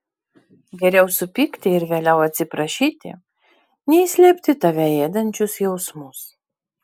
geriau supykti ir vėliau atsiprašyti nei slėpti tave ėdančius jausmus